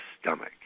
stomach